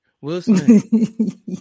Wilson